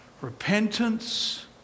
repentance